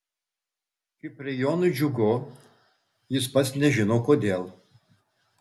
kiprijonui džiugu jis pats nežino kodėl